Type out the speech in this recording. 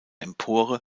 empore